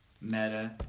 meta